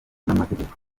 n’amategeko